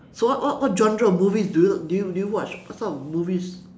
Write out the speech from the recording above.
so what what what genre of movies do you do you do you watch what sort of movies